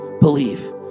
Believe